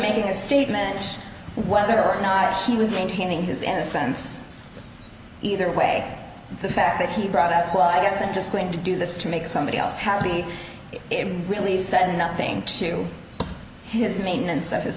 making a statement whether or not he was maintaining his innocence either way the fact that he brought out well i guess i'm just going to do this to make somebody else happy it really said nothing to his maintenance